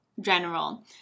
general